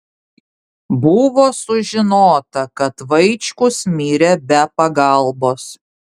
buvo sužinota kad vaičkus mirė be pagalbos